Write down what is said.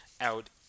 out